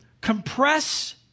compress